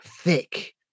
thick